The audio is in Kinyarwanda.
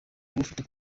bufite